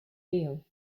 deal